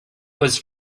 was